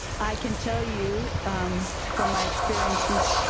i can tell you from my experience